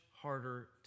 harder